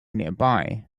nearby